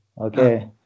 okay